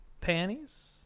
panties